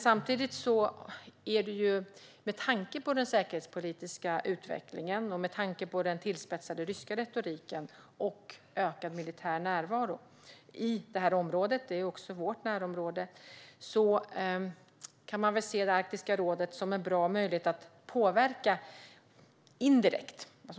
Samtidigt kan Arktiska rådet, med tanke på den säkerhetspolitiska utvecklingen, den tillspetsade ryska retoriken och den ökade militära närvaron i området, som också är vårt närområde, ses som en bra möjlighet att påverka indirekt.